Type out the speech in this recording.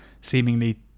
seemingly